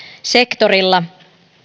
sektorilla